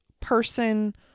person